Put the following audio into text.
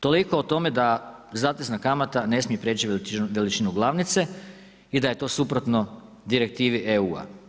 Toliko o tome da zatezna kamata ne smije prijeći veličinu glavnice i da je to suprotno direktivi EU-a.